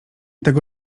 tego